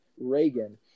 Reagan